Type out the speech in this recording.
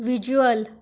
visual